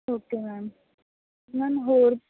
okay ma'am ma'am ਹੋਰ